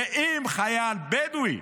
ואם חייל בדואי